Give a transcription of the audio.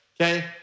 okay